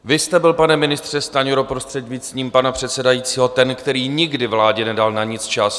Vy jste byl, pane ministře Stanjuro, prostřednictvím pana předsedajícího, ten, který nikdy vládě nedal na nic čas.